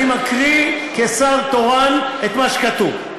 אני מקריא כשר תורן את מה שכתוב.